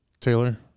taylor